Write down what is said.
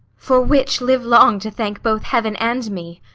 for which live long to thank both heaven and me!